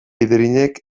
idirinek